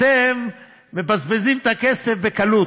אתם מבזבזים את הכסף בקלות.